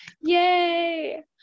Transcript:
yay